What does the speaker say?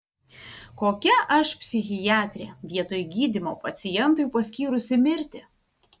kokia aš psichiatrė vietoj gydymo pacientui paskyrusi mirtį